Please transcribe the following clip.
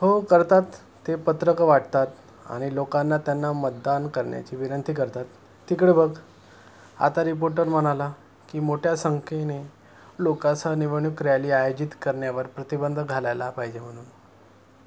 हो करतात ते पत्रकं वाटतात आणि लोकांना त्यांना मतदान करण्याची विनंती करतात तिकडं बघ आता रिपोर्टर म्हणाला की मोठ्या संख्येने लोकांसह निवडणूक रॅली आयोजित करण्यावर प्रतिबंध घालायला पाहिजे म्हणून